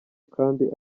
kandi